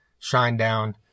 Shinedown